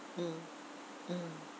mm mm